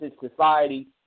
society